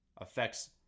affects